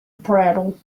prattle